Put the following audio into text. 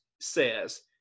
says